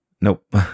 Nope